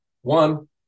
One